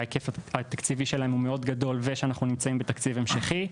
ההיקף התקציבי שלנו מאוד גדול ושאנחנו נמצאים בתקציב המשכי,